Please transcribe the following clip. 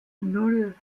nan